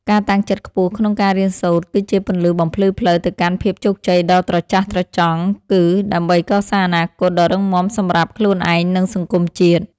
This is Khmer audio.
ការតាំងចិត្តខ្ពស់ក្នុងការរៀនសូត្រគឺជាពន្លឺបំភ្លឺផ្លូវទៅកាន់ភាពជោគជ័យដ៏ត្រចះត្រចង់ គឺ ដើម្បីកសាងអនាគតដ៏រឹងមាំសម្រាប់ខ្លួនឯង និង សង្គមជាតិ។